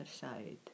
side